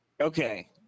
Okay